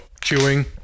chewing